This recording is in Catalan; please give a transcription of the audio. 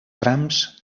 trams